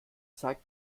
zeigt